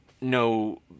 no